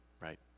right